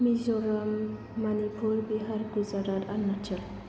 Mizoram Manipur Bihar Gujarat Arunachal